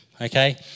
okay